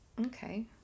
Okay